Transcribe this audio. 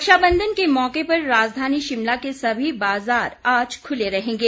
रक्षाबंधन के मौके पर राजधानी शिमला के सभी बाजार आज खूले रहेंगे